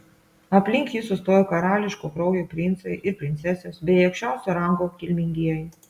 aplink jį sustojo karališko kraujo princai ir princesės bei aukščiausio rango kilmingieji